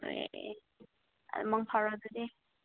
ꯑꯦ ꯑꯥ ꯃꯪ ꯐꯔꯣ ꯑꯗꯨꯗꯤ